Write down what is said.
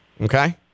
Okay